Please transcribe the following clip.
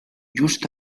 just